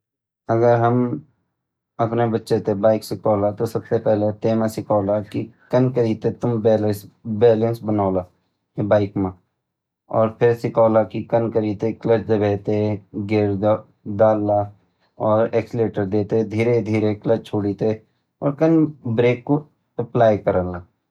अगर हम अपना बच्चा ते बाइक सिखोला ता सबसे पहली ता यु सिखोला की कन के तुम बैलेंस बनोला बाइक मा अर फिर वेटे सिखोला की कन करि ते क्लच दबेते गैर डाल ला और अक्सेलटर देते धीरे-धीरे क्लच छोड़ी कन ब्रेक अप्लाई कराला।